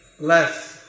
less